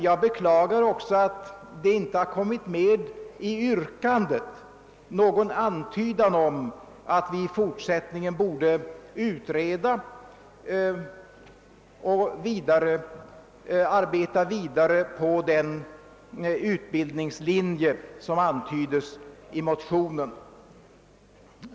Jag beklagar emellertid att det i yrkandet inte har kommit med någon antydan om att vi i fortsättningen borde utreda och arbeta vidare på den utbildningslinje som beröres i motionen.